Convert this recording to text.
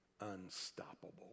Unstoppable